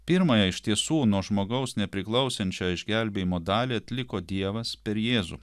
pirmąją iš tiesų nuo žmogaus nepriklausančią išgelbėjimo dalį atliko dievas per jėzų